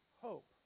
hope